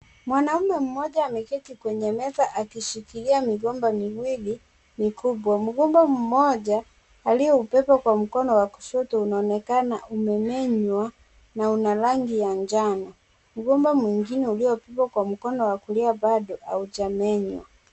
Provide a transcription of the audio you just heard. Mwanaume mmoja ameketi kwenye meza akishikilia migomba miwili mikubwa. Mgomba mmoja alio ubeba kwa mkono wa kushoto unaonekana umemenywa na una rangi ya manjano. Mgomba mwingine ulio bebwa kwa mkono wa kulia bado hauja menywa.